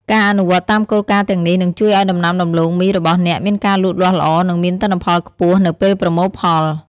ការអនុវត្តតាមគោលការណ៍ទាំងនេះនឹងជួយឱ្យដំណាំដំឡូងមីរបស់អ្នកមានការលូតលាស់ល្អ និងមានទិន្នផលខ្ពស់នៅពេលប្រមូលផល។